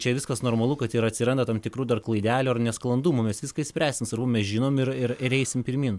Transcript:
čia viskas normalu kad ir atsiranda tam tikrų dar klaidelių ar nesklandumų mes viską išspręsim svarbu mes žinom ir ir ir eisim pirmyn